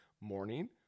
morning